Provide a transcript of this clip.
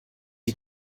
die